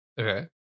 Okay